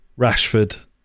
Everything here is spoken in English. Rashford